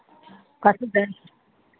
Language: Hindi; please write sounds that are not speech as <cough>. <unintelligible>